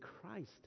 Christ